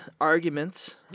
arguments